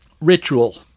ritual